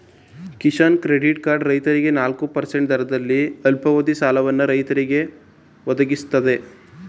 Kisan credit card ರೈತರಿಗೆ ನಾಲ್ಕು percent ದರದಲ್ಲಿ ಅಲ್ಪಾವಧಿ ಸಾಲವನ್ನು ರೈತರಿಗೆ ಒದಗಿಸ್ತದೆ